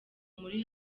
muri